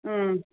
ம்